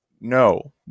no